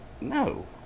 no